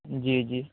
جی جی